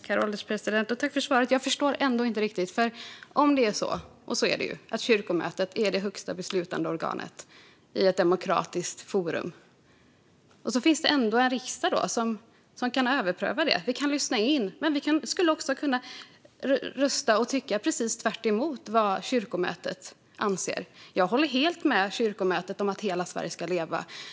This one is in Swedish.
Herr ålderspresident! Jag tackar för svaret. Jag förstår ändå inte riktigt. Kyrkomötet är det högsta beslutande organet - så är det ju - i ett demokratiskt forum, men det finns ändå en riksdag som kan överpröva besluten. Vi kan lyssna in, men vi kan också rösta och tycka precis tvärtemot vad kyrkomötet anser. Jag håller helt med kyrkomötet om att hela Sverige ska leva.